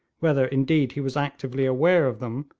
whether indeed he was actively aware of them,